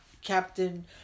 captain